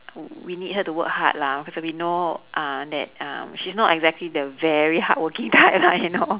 we need her to work hard lah because we know uh that um she's not exactly the very hardworking type lah you know